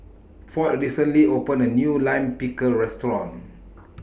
Ford recently opened A New Lime Pickle Restaurant